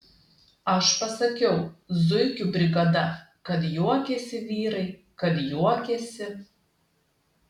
aš pasakiau zuikių brigada kad juokėsi vyrai kad juokėsi